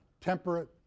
temperate